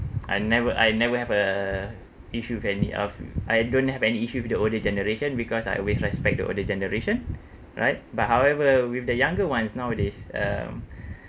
I never I never have uh issue with any of I don't have any issue with the older generation because I always respect the older generation right but however with the younger ones nowadays um